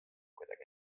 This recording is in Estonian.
kuidagi